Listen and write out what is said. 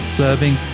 serving